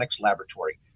laboratory